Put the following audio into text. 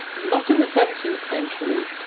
not in the seventeenth century.